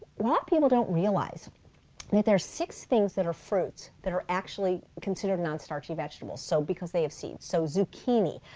lot of people don't realize that there are six things that are fruits that are actually considered non-starchy vegetables so because they have seeds, so zucchini,